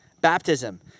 baptism